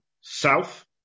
south